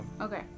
Okay